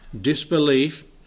disbelief